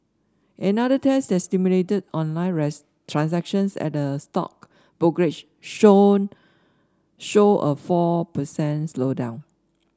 another test that simulated online transactions at a stock brokerage show showed a four per cent slowdown